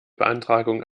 beantragung